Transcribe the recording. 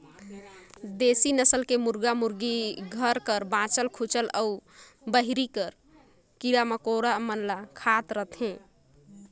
देसी नसल के मुरगा मुरगी घर के बाँचल खूंचल अउ बाहिर के कीरा मकोड़ा मन ल खात रथे